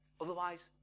Otherwise